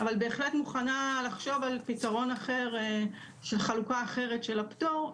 אבל בהחלט מוכנה לחשוב על פתרון אחר וחלוקה אחרת של הפטור,